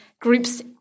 groups